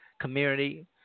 community